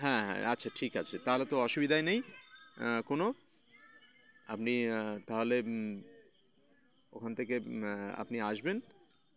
হ্যাঁ হ্যাঁ আচ্ছা ঠিক আছে তাহলে তো অসুবিধায় নেই কোনো আপনি তাহলে ওখান থেকে আপনি আসবেন